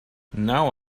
now